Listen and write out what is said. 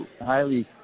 highly